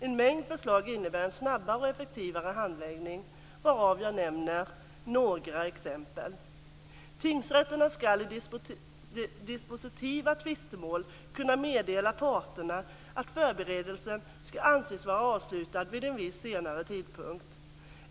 En mängd förslag innebär en snabbare och effektivare handläggning, varav jag nämner några exempel. Tingsrätterna ska i dispositiva tvistemål kunna meddela parterna att förberedelsen ska anses vara avslutad vid en viss senare tidpunkt.